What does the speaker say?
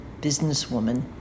businesswoman